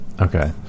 Okay